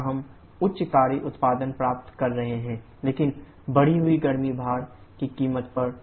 जहां हम उच्च कार्य उत्पादन प्राप्त कर रहे हैं लेकिन बढ़ी हुई गर्मी भार की कीमत पर